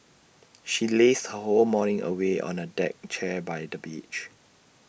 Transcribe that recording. she lazed her whole morning away on A deck chair by the beach